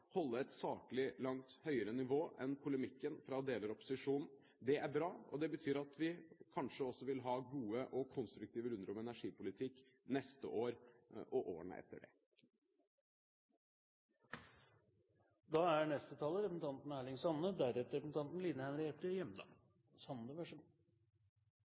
holde et langt høyere saklig nivå enn polemikken fra deler av opposisjonen. Det er bra, og det betyr at vi kanskje også vil ha gode og konstruktive runder om energipolitikk neste år og årene etter det. Saksordføraren har på ein god måte både gjort greie for kva som ligg i saka, og også omtala det som er